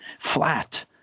Flat